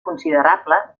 considerable